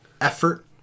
effort